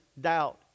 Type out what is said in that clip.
doubt